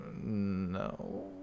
No